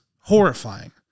horrifying